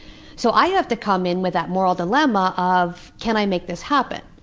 so i have to come in with that moral dilemma of, can i make this happen?